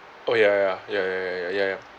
oh ya ya ya ya ya ya ya ya ya